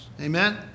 Amen